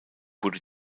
wurde